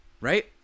Right